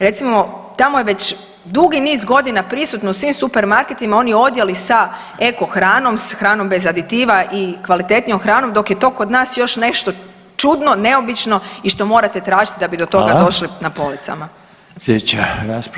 Recimo, tamo je već dugi niz godina prisutno u svim supermarketima oni odjeli sa eko hranom, s hranom bez aditiva i kvalitetnijom hranom dok je to kod nas još nešto čudno, neobično i što morate tražit da bi do toga došli na policama.